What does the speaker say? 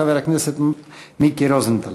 חבר הכנסת מיקי רוזנטל.